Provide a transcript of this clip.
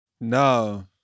no